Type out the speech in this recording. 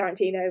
Tarantino